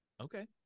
Okay